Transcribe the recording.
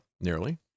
nearly